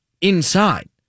inside